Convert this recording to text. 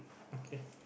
K